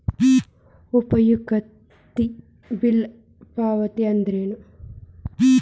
ಉಪಯುಕ್ತತೆ ಬಿಲ್ ಪಾವತಿ ಅಂದ್ರೇನು?